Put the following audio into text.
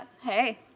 Hey